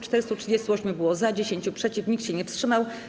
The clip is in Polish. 438 było za, 10 - przeciw, nikt się nie wstrzymał.